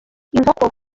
inkoko